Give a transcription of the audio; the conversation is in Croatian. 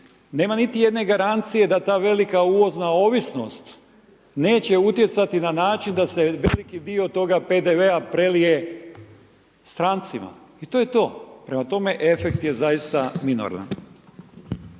Nema niti jedne garancije da ta velika uvozna ovisnost neće utjecati na način da se veliki dio toga PDV-a prelije strancima i to je to. Prema tome, efekt je zaista minoran.